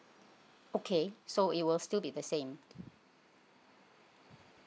okay so it will still be the same